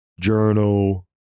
journal